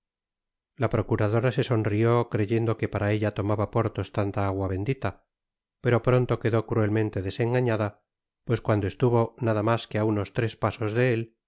la procuradora se sonrió creyendo que para ella tomaba porthos tanta agua bendita pero pronto quedó cruelmente desengañada pues cuando estuvo nada mas que á unos tres pasos de él